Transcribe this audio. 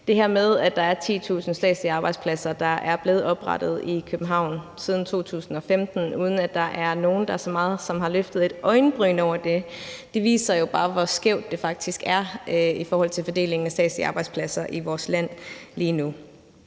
Det her med, at der er 10.000 statslige arbejdspladser, der er blevet oprettet i København siden 2015, uden at der er nogen, der har løftet så meget som et øjenbryn over det, viser jo faktisk bare, hvor skævt det lige nu er i forhold til fordelingen af statslige arbejdspladser i vores land. Jeg har